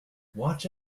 watch